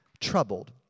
troubled